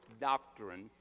doctrine